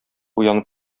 уянып